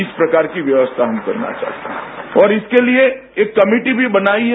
इस प्रकार की व्यवस्था हम करना चाहते है और इसके लिए एक कमेटी भी बनाई है